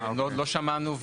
עוד לא שמענו,